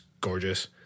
gorgeous